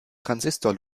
transistor